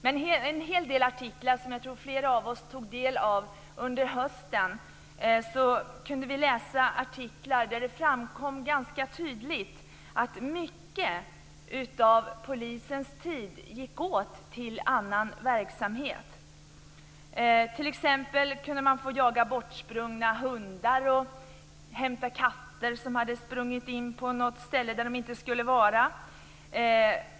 I en hel del artiklar under hösten 1998, som flera av oss tog del av, framkom det tydligt att ganska mycket av polisens tid gick åt till annan verksamhet. Man kunde t.ex. få jaga bortsprungna hundar och hämta katter som sprungit in på ställen där de inte skulle vara.